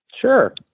Sure